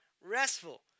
restful